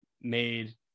made